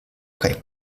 kaj